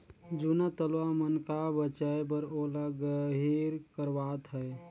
जूना तलवा मन का बचाए बर ओला गहिर करवात है